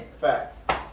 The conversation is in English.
Facts